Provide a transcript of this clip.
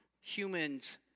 humans